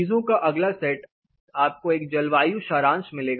चीजों का अगला सेट आपको एक जलवायु सारांश मिलेगा